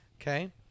Okay